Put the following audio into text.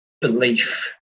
belief